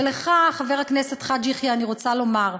ולך, חבר הכנסת חאג' יחיא, אני רוצה לומר,